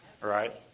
right